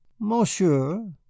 Monsieur